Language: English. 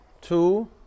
two